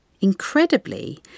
Incredibly